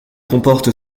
comporte